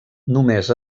només